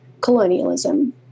colonialism